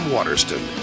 Waterston